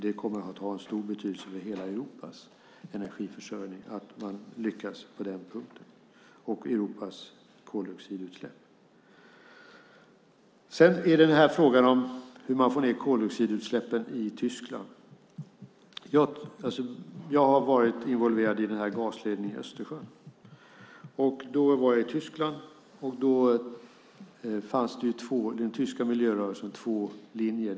Det kommer att ha stor betydelse för hela Europas energiförsörjning och koldioxidutsläpp att man lyckas på den punkten. Så har vi frågan om hur man kan minska koldioxidutsläppen i Tyskland. Jag har varit engagerad i gasledningen i Östersjön. Jag var då i Tyskland. Inom den tyska miljörörelsen finns det två linjer.